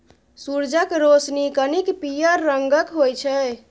सुरजक रोशनी कनिक पीयर रंगक होइ छै